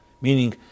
meaning